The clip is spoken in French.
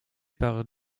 par